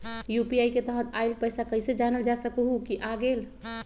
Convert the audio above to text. UPI के तहत आइल पैसा कईसे जानल जा सकहु की आ गेल?